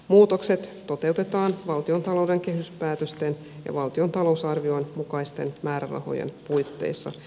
muutokset toteutetaan valtiontalouden kehyspäätösten ja valtion talousarvion mukaisten määrärahojen puitteissa